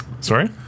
Sorry